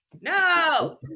no